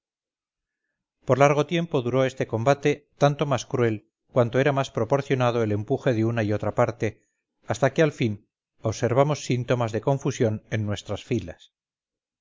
por largo tiempo duró este combate tanto más cruel cuanto era más proporcionado el empuje de una y otra parte hasta que al fin observamos síntomas de confusión en nuestras filas